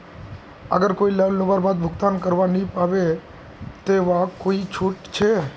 अगर कोई लोन लुबार बाद भुगतान करवा नी पाबे ते वहाक कोई छुट छे?